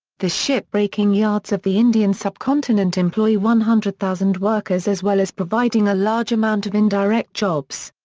the ship breaking yards of the indian subcontinent employ one hundred thousand workers as well as providing a large amount of indirect jobs.